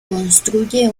construye